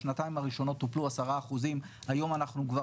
בשנתיים הראשונות טופלו 10%. היום אנחנו כבר